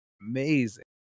amazing